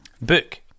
book